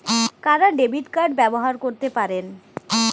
কারা debit card ব্যবহার করতে পারেন?